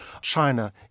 China